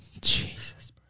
Jesus